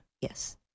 Yes